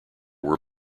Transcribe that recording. were